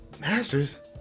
masters